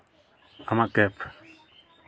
ᱟᱢᱟᱜ ᱠᱮᱵᱽ